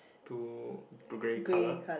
two two grey colour